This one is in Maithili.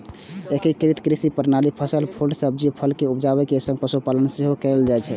एकीकृत कृषि प्रणाली मे फसल, फूल, सब्जी, फल के उपजाबै के संग पशुपालन सेहो कैल जाइ छै